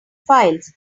files